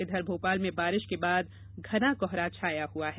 इधर भोपाल में बारिश के बाद घना कोहरा छाया हुआ है